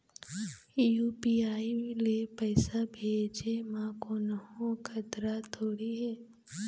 UPI ले पैसे भेजे म कोन्हो खतरा थोड़ी हे?